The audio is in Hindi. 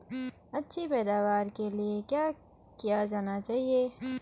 अच्छी पैदावार के लिए क्या किया जाना चाहिए?